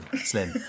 slim